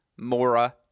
Mora